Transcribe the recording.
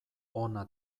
ona